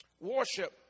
Worship